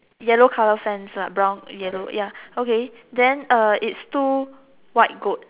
yellow colour fence lah brown yellow ya okay then uh it's two white goat